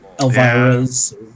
Elvira's